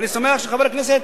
ואני שמח שחבר הכנסת